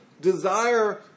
desire